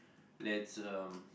that's um